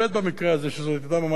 שזו כבר ממש עבירה על החוק.